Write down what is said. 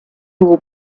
will